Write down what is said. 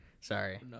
Sorry